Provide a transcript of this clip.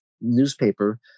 newspaper